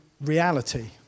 reality